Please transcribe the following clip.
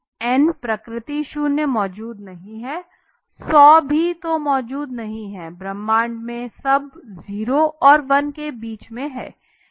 n प्रकृति शून्य मौजूद नहीं है 100 भी तो मौजूद नहीं है ब्रह्मांड में सब 0 और 1 के बीच में हैं